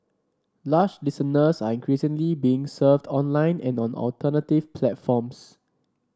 lush listeners are increasingly being served online and on alternative platforms